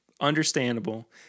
Understandable